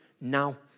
now